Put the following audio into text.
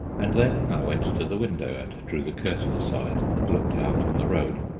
and then i went to the window and drew the curtain aside and looked out on the road,